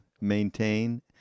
maintain